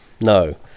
No